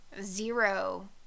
zero